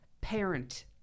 parent